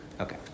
Okay